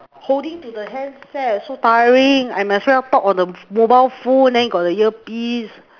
holding to the handset so tiring I might as well talk on the mo~ mobile phone then got the earpiece